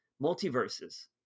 multiverses